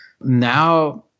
Now